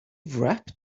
wrapped